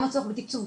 גם הצורך בתקצוב,